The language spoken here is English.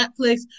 Netflix